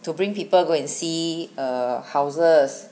to bring people go and see err houses